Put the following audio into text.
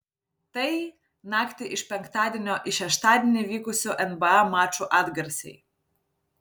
tai naktį iš penktadienio į šeštadienį vykusių nba mačų atgarsiai